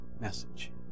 message